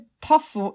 tough